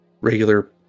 regular